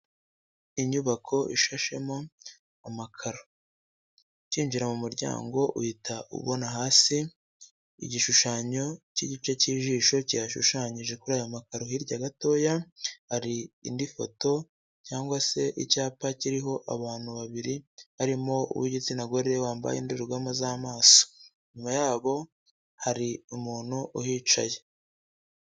Inyubako ishashemo amakaro, ukinjira mu muryango uhita ubona hasi igishushanyo cy'igice cy'ijisho kishushanyije kuri aya makaro, hirya gatoya hari indi foto cyangwa se icyapa kiriho abantu babiri, harimo uw'igitsina gore wambaye indorerwamo z'amaso, inyuma yabo hari umuntu uhicaye.